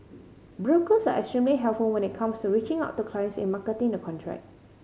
brokers are extremely helpful when it comes to reaching out to clients in marketing the contract